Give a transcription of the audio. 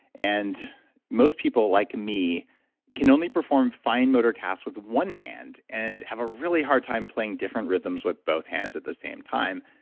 and most people like me can only perform fine motor tasks with one hand and have a really hard time playing different rhythms with both hands at the same time.